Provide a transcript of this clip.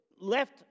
left